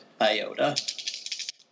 Iota